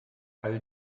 all